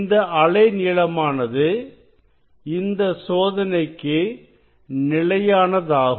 இந்த அலை நீளமானது இந்த சோதனைக்கு நிலையான தாகும்